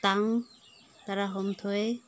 ꯇꯥꯡ ꯇꯔꯥ ꯍꯨꯝꯗꯣꯏ